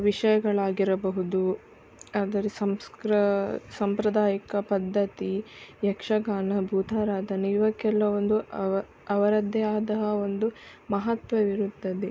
ವಿಷಯಗಳಾಗಿರಬಹುದು ಅದರ ಸಂಸ್ಕೃ ಸಂಪ್ರದಾಯಿಕ ಪದ್ದತಿ ಯಕ್ಷಗಾನ ಭೂತಾರಾದನೆ ಇವಕ್ಕೆಲ್ಲ ಒಂದು ಅವರದ್ದೇ ಅದ ಒಂದು ಮಹತ್ವವಿರುತ್ತದೆ